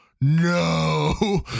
no